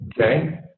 Okay